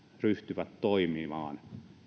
ryhtyvät toimimaan